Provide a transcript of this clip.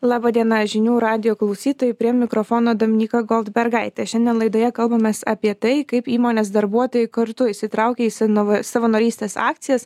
laba diena žinių radijo klausytojai prie mikrofono dominyka goldbergaitė šiandien laidoje kalbamės apie tai kaip įmonės darbuotojai kartu įsitraukia į sanovė savanorystės akcijas